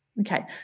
Okay